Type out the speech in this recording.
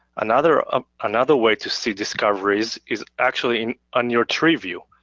another um another way to see discoveries is actually on your tree view.